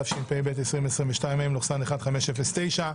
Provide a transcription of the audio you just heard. התשפ"ב-2022 (מ/1509).